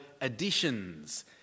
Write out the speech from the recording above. additions